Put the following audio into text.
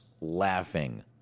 laughing